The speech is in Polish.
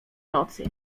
nocy